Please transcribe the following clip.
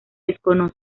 desconoce